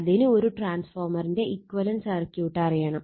അതിന് ഒരു ട്രാൻസ്ഫോർമറിന്റെ ഇക്വലന്റ് സർക്യൂട്ട് അറിയണം